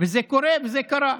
וזה קורה וזה קרה.